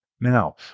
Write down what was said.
Now